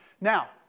Now